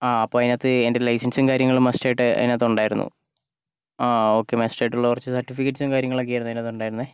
ആ അപ്പോൾ അതിനകത്ത് എൻ്റെ ലൈസൻസും കാര്യങ്ങളും മസ്റ്റായിട്ട് അതിനകത്ത് ഉണ്ടായിരുന്നു ആ ഓക്കെ മസ്റ്റായിട്ടുള്ള കുറച്ച് സെർട്ടിഫിക്കറ്റ്സും കാര്യങ്ങളൊക്കെ ആയിരുന്നു അതിനകത്ത് ഉണ്ടായിരുന്നത്